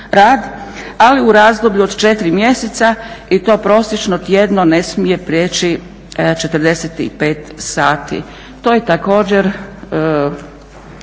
ali u razdoblju od 4 mjeseca i to prosječno tjedno ne smije prijeći 45 sati.